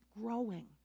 growing